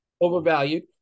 Overvalued